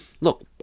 look